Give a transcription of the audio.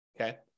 okay